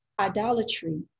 idolatry